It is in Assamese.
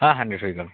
হা হানড্ৰেদ হৈ গ'ল